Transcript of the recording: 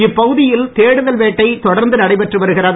இப்பகுதியில் தேடுதல் வேட்டை தொடர்ந்து நடைபெற்று வருகிறது